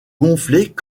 gonflait